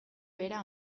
bera